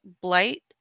Blight